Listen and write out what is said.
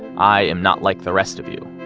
i am not like the rest of you.